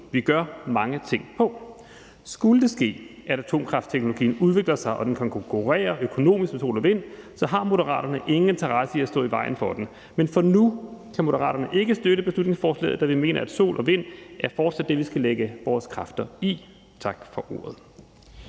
vi gør mange ting på. Skulle det ske, at atomkraftteknologien udvikler sig og den kan konkurrere økonomisk med solenergi og vindkraft, har Moderaterne ingen interesse i at stå i vejen for den. Men lige nu kan Moderaterne ikke støtte beslutningsforslaget, da vi mener, at sol- og vindenergi er det, vi fortsat skal lægge vores kræfter i. Tak for ordet.